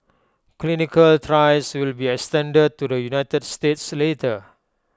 clinical trials will be extended to the united states later